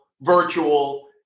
virtual